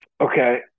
Okay